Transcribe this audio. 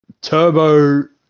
Turbo